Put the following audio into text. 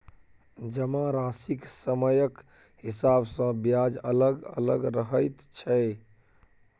जमाराशिक समयक हिसाब सँ ब्याज अलग अलग रहैत छै